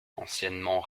anciennement